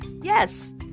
Yes